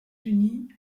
unis